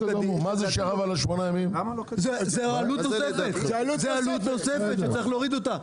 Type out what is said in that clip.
זה עלות נוסת שצריך להוריד אותה.